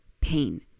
pain